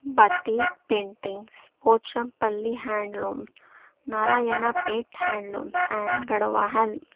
batik paintings Pochampally handloom Narayanpet handloom and Garhwal